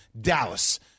Dallas